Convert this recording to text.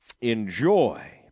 enjoy